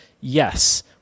yes